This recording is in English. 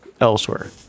elsewhere